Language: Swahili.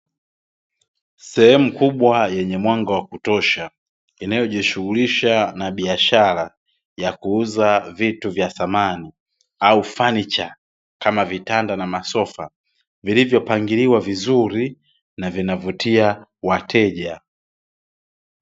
Sehemu kubwa wenye mwanga wa kutosha inayojishughulisha na biashara ya kuuza vitu vya samani au fanicha kama vitanda na masofa, vilivyopangiliwa vizuri na vinavutia wateja.